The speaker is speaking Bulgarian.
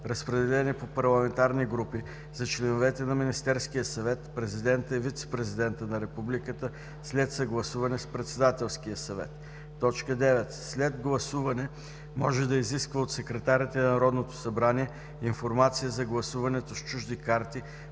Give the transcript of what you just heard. разпределени по парламентарни групи, за членовете на Министерския съвет, президента и вицепрезидента на републиката, след съгласуване с Председателския съвет; 9. след гласуване може да изисква от секретарите на Народното събрание информация за гласуването с чужди карти